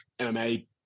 MMA